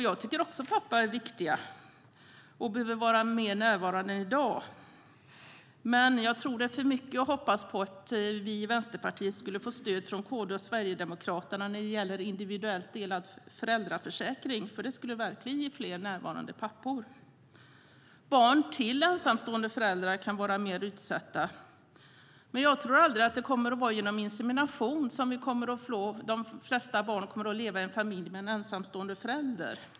Jag tycker också att papporna är viktiga och att de behöver vara mer närvarande än i dag, men jag tror att det är för mycket att hoppas på att vi i Vänsterpartiet ska få stöd från KD och Sverigedemokraterna när det gäller en individuellt delad föräldraförsäkring. Det skulle verkligen ge fler närvarande pappor. Barn till ensamstående föräldrar kan vara mer utsatta, men jag tror inte att det kommer att vara genom insemination som fler barn kommer att få leva i en familj med en ensamstående förälder.